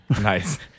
nice